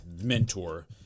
mentor